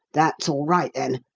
that's all right, then.